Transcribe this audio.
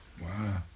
Wow